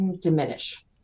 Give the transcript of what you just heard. diminish